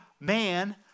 Man